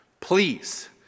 Please